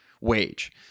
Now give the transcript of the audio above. wage